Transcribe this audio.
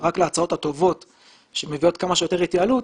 רק להצעות הטובות שמביאות כמה שיותר התייעלות.